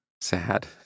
sad